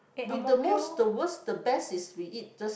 we the most the worst the best is we eat just